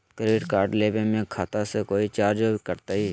Credit card लेवे में खाता से कोई चार्जो कटतई?